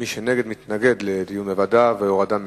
מי שנגד, מתנגד לדיון בוועדה, והורדה מסדר-היום.